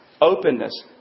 openness